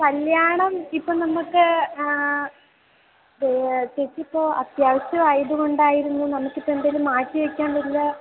കല്യാണം ഇപ്പം നമുക്ക് വേ ചേച്ചി ഇപ്പോൾ അത്യാവശ്യം ആയത് കൊണ്ടായിരുന്നു നമുക്ക് ഇപ്പം എന്തേലും മാറ്റി വയ്ക്കാനില്ല